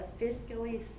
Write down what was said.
fiscally